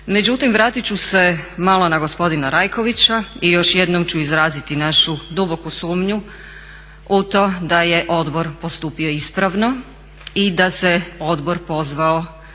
Međutim, vratit ću se malo na gospodina Rajkovića i još jednom ću izraziti našu duboku sumnju u to da je odbor postupio ispravno i da se odbor pozvao